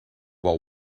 while